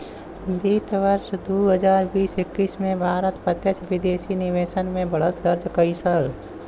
वित्त वर्ष दू हजार बीस एक्कीस में भारत प्रत्यक्ष विदेशी निवेश में बढ़त दर्ज कइलस